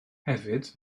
hefyd